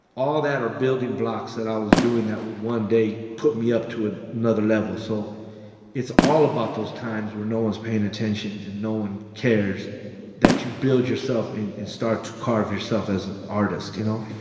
all that are building blocks that i was doing that one day put me up to ah another level. so it's all about those times where no one's paying attention and no one cares that you build yourself and start to carve yourself as an artist, you know